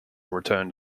returned